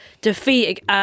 defeat